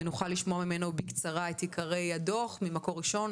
ונוכל לשמוע ממנו בקצרה את עיקרי הדו"ח ממקור ראשון.